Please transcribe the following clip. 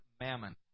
mammon